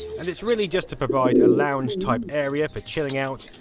and it's really just to provide a lounge type area for chilling out,